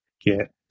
get